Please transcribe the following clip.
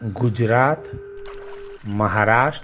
Gujarat Maharashtra